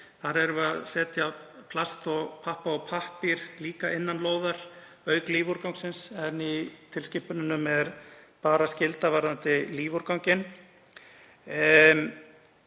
Þar erum við að setja plast og pappa og pappír innan lóðar auk lífúrgangsins, en í tilskipununum er bara skylda varðandi lífúrganginn.